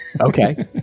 Okay